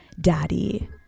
Daddy